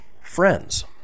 friends